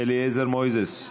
אליעזר מוזס,